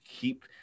keep